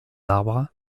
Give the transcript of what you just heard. arbres